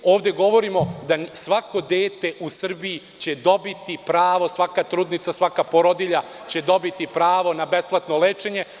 Ovde govorimo da će svako dete u Srbiji dobiti pravo, svaka trudnica, svaka porodilja će dobiti pravo na besplatno lečenje.